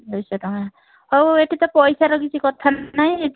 ଦୁଇଶହ ଟଙ୍କା ହଉ ଏଠି ତ ପଇସାର କିଛି କଥା ନାହିଁ